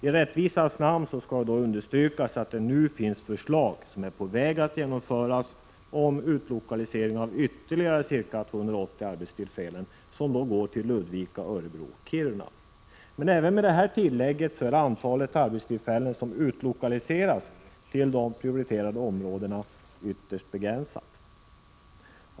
I rättvisans namn skall dock understrykas att det nu finns förslag, som är på väg att genomföras, om utlokalisering av ytterligare ca 280 arbetstillfällen till Ludvika, Örebro och Kiruna. Men även med det tillägget är antalet arbetstillfällen som utlokaliseras till de prioriterade områdena ytterst begränsat.